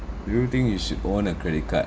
do you think you should own a credit card